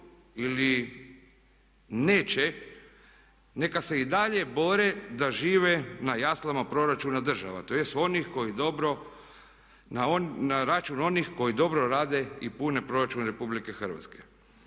ili neće neka se i dalje bore da žive na jaslama proračuna države tj. na račun onih koji dobro rade i pune Proračun Republike Hrvatske.